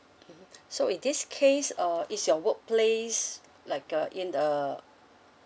mmhmm so in this case uh is your work place like uh in a